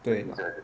对